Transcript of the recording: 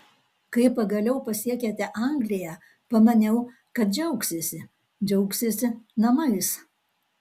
kai pagaliau pasiekėte angliją pamaniau kad džiaugsiesi džiaugsiesi namais